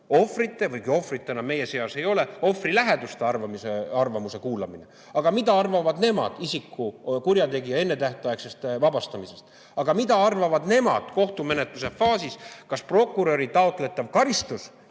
või kui ohvrit enam meie seas ei ole, ohvri lähedaste arvamuse kuulamine, mida arvavad nemad isiku, kurjategija ennetähtaegsest vabastamisest, mida arvavad nemad kohtumenetluse faasis, kas prokuröri taotletav karistus